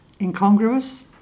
Incongruous